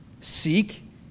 Seek